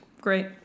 great